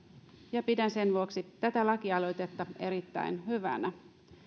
ja pidän sen vuoksi tätä lakialoitetta erittäin hyvänä